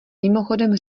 mimochodem